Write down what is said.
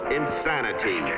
insanity